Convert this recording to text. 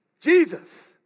Jesus